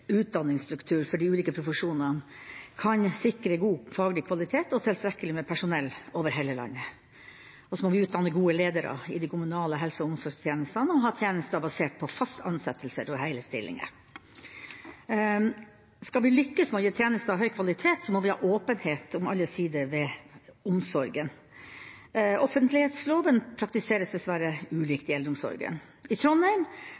utdanningsstruktur for de ulike profesjonene kan sikre god faglig kvalitet og tilstrekkelig med personell over hele landet. Vi må utdanne gode ledere i de kommunale helse- og omsorgstjenestene og ha tjenester basert på faste ansettelser og hele stillinger. Skal vi lykkes med å gi tjenester av høy kvalitet, må vi ha åpenhet om alle sider ved omsorgen. Offentlighetsloven praktiseres dessverre ulikt i eldreomsorgen. I Trondheim